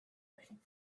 waiting